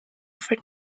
for